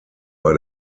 war